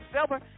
Silver